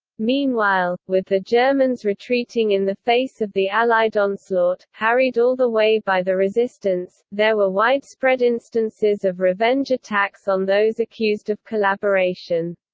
meanwhile, with the germans retreating in the face of the allied onslaught, harried all the way by the resistance, there were widespread instances of revenge attacks on those accused of collaboration.